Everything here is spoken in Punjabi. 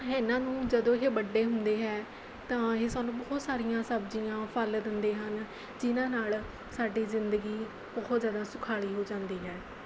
ਇਹਨਾਂ ਨੂੰ ਜਦੋਂ ਇਹ ਵੱਡੇ ਹੁੰਦੇ ਹੈ ਤਾਂ ਇਹ ਸਾਨੂੰ ਬਹੁਤ ਸਾਰੀਆਂ ਸਬਜ਼ੀਆਂ ਫਲ ਦਿੰਦੇ ਹਨ ਜਿਨ੍ਹਾਂ ਨਾਲ਼ ਸਾਡੀ ਜ਼ਿੰਦਗੀ ਬਹੁਤ ਜ਼ਿਆਦਾ ਸੁਖਾਲੀ ਹੋ ਜਾਂਦੀ ਹੈ